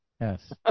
yes